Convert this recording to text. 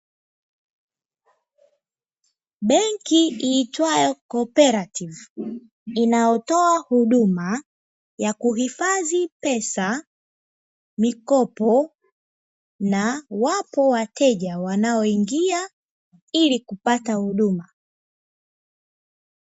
Benki iitwayo ''COOPERATIVE BANK'' inayotoa huduma ya kuhifadhi pesa, mikopo na wapo wateja wanaoingia ili kupata huduma.